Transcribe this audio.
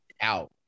out